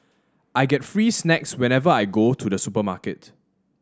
I get free snacks whenever I go to the supermarket